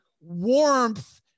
warmth